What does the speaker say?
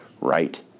right